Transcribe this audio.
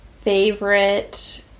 favorite